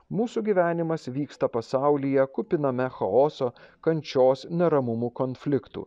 mūsų gyvenimas vyksta pasaulyje kupiname chaoso kančios neramumų konfliktų